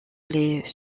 les